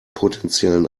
potenziellen